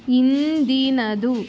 ಇಂದಿನದು